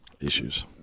Issues